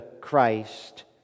Christ